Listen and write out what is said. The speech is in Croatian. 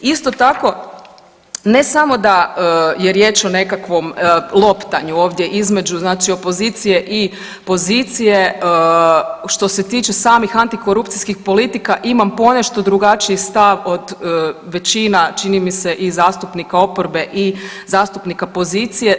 Isto tako, ne samo da je riječ o nekakvom loptanju ovdje između znači opozicije i pozicije, što se tiče samih antikorupcijskih politika, imam ponešto drugačiji stav od većina, čini mi se, i zastupnika oporbe i zastupnika pozicije.